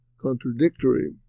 contradictory